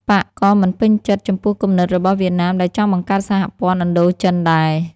បក្សក៏មិនពេញចិត្ត ចំពោះគំនិតរបស់វៀតណាមដែលចង់បង្កើតសហព័ន្ធឥណ្ឌូចិនដែរ។